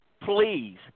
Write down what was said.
please